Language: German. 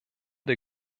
der